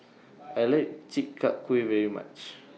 I like Chi Kak Kuih very much